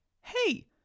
Hey